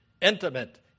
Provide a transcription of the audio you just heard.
intimate